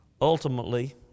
Ultimately